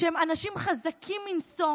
שהם אנשים חזקים מאוד,